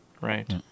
right